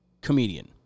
comedian